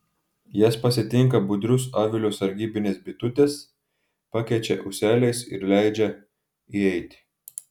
jas pasitinka budrius avilio sargybinės bitutės pakeičia ūseliais ir leidžia įeiti